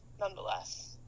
nonetheless